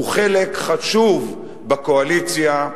הוא חלק חשוב בקואליציה,